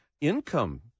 income